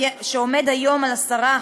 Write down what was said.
שעומד היום על 10%,